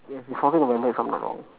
yes it's fourteen november if I'm not wrong